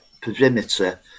perimeter